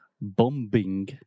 bombing